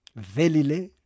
Velile